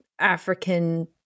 African